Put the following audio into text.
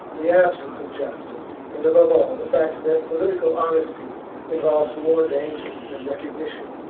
the absence of justice, and, above all, the fact that political honesty involves more danger than recognition.